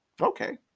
Okay